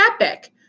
epic